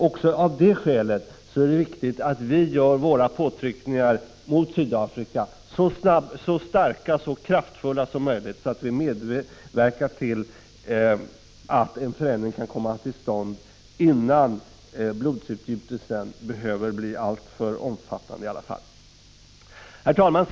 Också av det skälet är det viktigt att vi gör våra påtryckningar mot Sydafrika så starka och kraftfulla som möjligt, så att vi medverkar till att en förändring kommer till stånd innan blodsutgjutelsen behöver bli alltför omfattande. Herr talman!